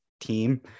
team